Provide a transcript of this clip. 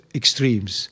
extremes